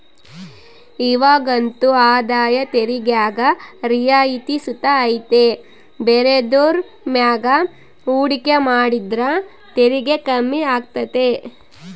ಇವಾಗಂತೂ ಆದಾಯ ತೆರಿಗ್ಯಾಗ ರಿಯಾಯಿತಿ ಸುತ ಐತೆ ಬೇರೆದುರ್ ಮ್ಯಾಗ ಹೂಡಿಕೆ ಮಾಡಿದ್ರ ತೆರಿಗೆ ಕಮ್ಮಿ ಆಗ್ತತೆ